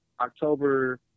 October